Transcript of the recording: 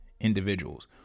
individuals